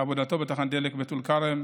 מעבודתו בתחנת דלק בטול כרם.